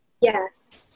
Yes